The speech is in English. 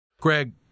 Greg